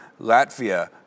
Latvia